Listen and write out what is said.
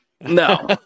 No